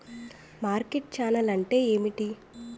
Market channel అంటే ఏమిటి?